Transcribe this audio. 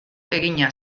egina